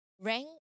rank